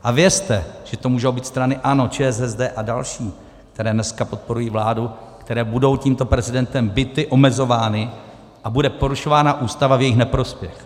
A vězte, že to můžou být strany ANO, ČSSD a další, které dneska podporují vládu, které budou tímto prezidentem bity, omezovány, a bude porušována Ústava v jejich neprospěch.